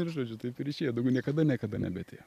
ir žodžiu taip ir išėjo daugiau niekada niekada nebeatėjo